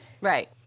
Right